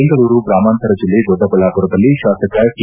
ಬೆಂಗಳೂರು ಗ್ರಾಮಾಂತರ ಜಿಲ್ಲೆ ದೊಡ್ಡಬಳ್ಳಾಪುರದಲ್ಲಿ ಶಾಸಕ ಟಿ